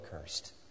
cursed